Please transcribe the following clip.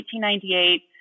1898